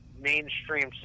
mainstream